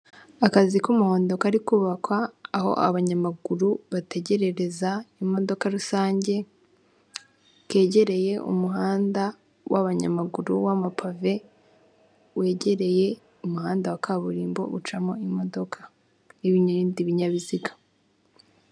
Akazu k'umuhondo kari kubakwa aho abanyamaguru bategerereza imodoka rusange, kegereye umuhanda w'abanyamaguru w'amapave, wegereye umuhanda wa kaburimbo ucamo imodoka n'ibindi binyabiziga.